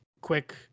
quick